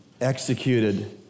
executed